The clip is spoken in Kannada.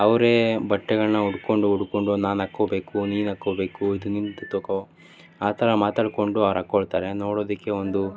ಅವರೇ ಬಟ್ಟೆಗಳನ್ನ ಹುಡ್ಕೊಂಡು ಹುಡ್ಕೊಂಡು ನಾನು ಹಾಕೋ ಬೇಕು ನೀನು ಹಾಕೋ ಬೇಕು ಇದು ನಿಂದು ತೊಗೊ ಆ ಥರ ಮಾತಾಡಿಕೊಂಡು ಅವ್ರು ಹಾಕೊಳ್ತಾರೆ ನೋಡೋದಕ್ಕೆ ಒಂದು